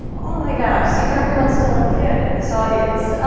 oh my gosh. see, everyone's still a kid in this audience.